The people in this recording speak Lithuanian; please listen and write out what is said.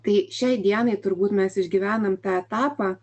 tai šiai dienai turbūt mes išgyvenam tą etapą